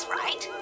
right